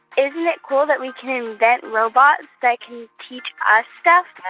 isn't it cool that we can invent robots that can teach us stuff?